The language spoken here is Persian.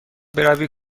بروی